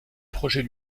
projet